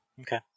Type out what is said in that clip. Okay